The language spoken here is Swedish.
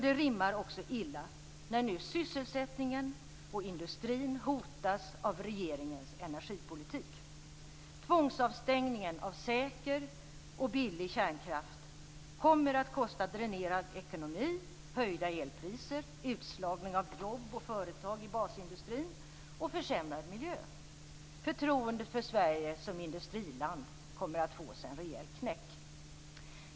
Det rimmar också illa med att sysselsättningen och industrin nu hotas av regeringens energipolitik. Tvångsavstängningen av säker och billig kärnkraft kommer att kosta dränerad ekonomi, höjda elpriser, utslagning av jobb och företag i basindustrin och försämrad miljö. Förtroendet för Sverige som industriland kommer att få sig en rejäl knäck.